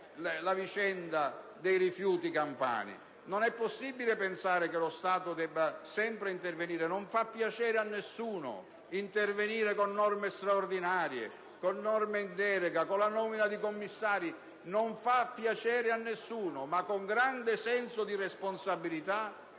la vicenda dei rifiuti campani. Non è possibile pensare che lo Stato debba sempre intervenire. Non fa piacere a nessuno intervenire con norme straordinarie, con norme in delega, con la nomina di commissari. Non fa piacere a nessuno - ripeto - ma con grande senso di responsabilità,